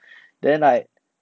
then like